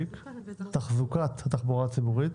תחזוקת התחבורה הציבורית.